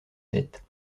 sept